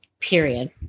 period